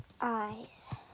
Eyes